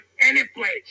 anyplace